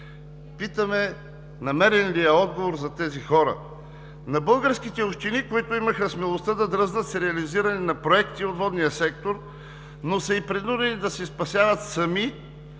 Питаме: намерен ли е отговор за тези хора – на българските общини, които имаха смелостта да дръзнат с реализиране на проекти във водния сектор, но са принудени да се спасяват сами